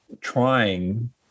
trying